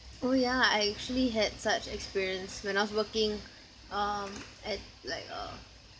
oh yeah I actually had such experience when I was working um at like uh